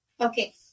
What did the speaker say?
Okay